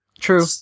true